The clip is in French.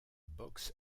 box